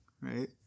right